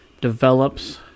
develops